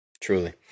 truly